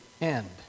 end